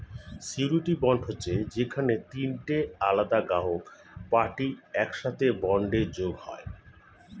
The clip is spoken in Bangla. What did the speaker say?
সিউরিটি বন্ড হচ্ছে যেখানে তিনটে আলাদা গ্রাহক পার্টি একসাথে বন্ডে যোগ হয়